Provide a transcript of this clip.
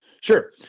Sure